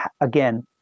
again